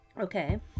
Okay